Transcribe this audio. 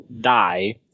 die